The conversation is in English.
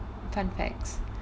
fun facts